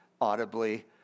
audibly